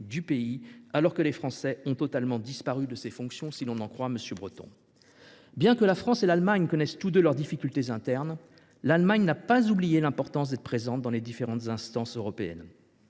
ce pays –, alors que les Français ont totalement disparu de ces fonctions, à en croire M. Breton. Bien que la France et l’Allemagne connaissent toutes deux leurs difficultés internes, l’Allemagne n’a pas oublié l’importance d’une présence forte dans les différentes instances européennes.